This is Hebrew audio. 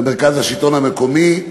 למרכז השלטון המקומי,